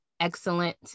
excellent